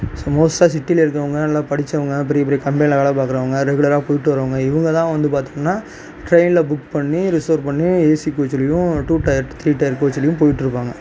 so மோஸ்ட்டாக சிட்டியில இருக்கிறவங்க நல்லா படிச்சவங்க பெரிய பெரிய கம்பெனியில வேலை பார்க்குறவங்க ரெகுலராக போயிவிட்டு வரவங்க இவுங்க தான் வந்து பார்தான்ம்னா ட்ரெயினில் புக் பண்ணி ரிசர்வ் பண்ணி ஏசி கோச்சுலையும் டூ டயர் த்ரீ டயர் கோச்சுலையும் போயிட்டுருப்பாங்க